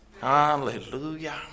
Hallelujah